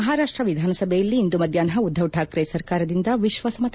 ಮಹಾರಾಷ್ಟ ವಿಧಾನಸಭೆಯಲ್ಲಿ ಇಂದು ಮಧ್ಯಾಷ್ನ ಉದ್ದವ್ ಠಾಕ್ರೆ ಸರ್ಕಾರದಿಂದ ವಿಶ್ವಾಸ ಮತಯಾಚನೆ